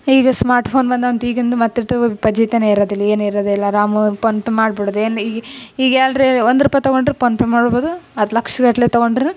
ಈಗ smart phone ಬಂದಂತ ಈಗಿಂದು ಮತ್ತೆ ಫಜೀತಿನೆ ಇರೋದಿಲ್ಲ ಏನು ಇರೋದಿಲ್ಲ ಆರಾಮ ಹೋಗ್ ಪೋನ್ಪೇ ಮಾಡ್ಬಿಡದು ಏನು ಈಗ ಈಗ ಎಲ್ರು ಒಂದು ರೂಪಾಯಿ ತೊಗಂಡ್ರೆ ಪೋನ್ಪೇ ಮಾಡ್ಬೋದು ಮತ್ತೆ ಲಕ್ಷ ಗಟ್ಟಲೆ ತೊಗೊಂಡ್ರು